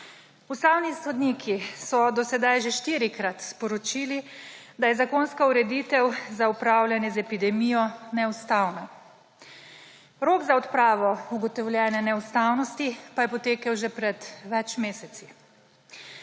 Ustavni sodniki so do sedaj že štirikrat sporočili, da je zakonska ureditev za upravljanje z epidemijo neustavna. Rok za odpravo ugotovljene neustavnosti pa je potekel že pred več meseci.